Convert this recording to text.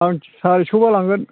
आं सारिस'बा लांगोन